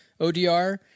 ODR